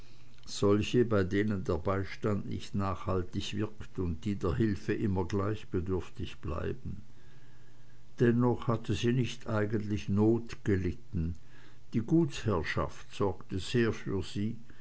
solche bei denen der beistand nicht nachhaltig wirkt und die der hülfe immer gleich bedürftig bleiben dennoch hatte sie nicht eigentlich not gelitten die gutsherrschaft sorgte sehr für sie